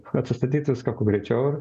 kad sustatyt viską kuo greičiau ir